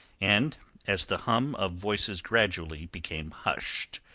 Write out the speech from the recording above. and as the hum of voices gradually became hushed,